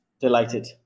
delighted